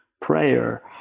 prayer